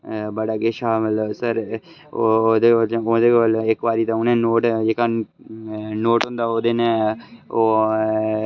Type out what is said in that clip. बड़ा किश हा मतलब सर ओह्दे ओह्दे कोल इक बारी तां उनें नोट जेह्का नोट होंदा ओह्दे ने ओह् ऐ